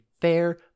fair